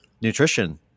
nutrition